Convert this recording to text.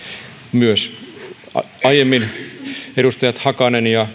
myös edustajat hakanen ja